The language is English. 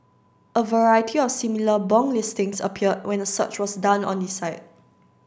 a variety of similar bong listings appeared when a search was done on the site